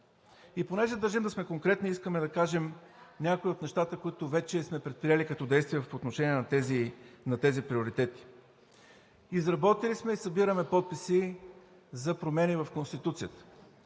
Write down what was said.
И понеже държим да сме конкретни, искаме да кажем някои от нещата, които вече сме предприели като действия по отношение на тези приоритети. Изработили сме и събираме подписи за промени в Конституцията,